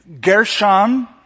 Gershon